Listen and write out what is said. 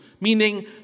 meaning